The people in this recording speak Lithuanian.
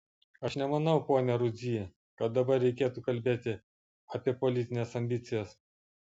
aš nemanau pone rudzy kad dabar reikėtų kalbėti apie politines ambicijas